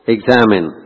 Examine